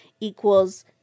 equals